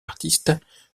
artistes